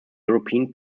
european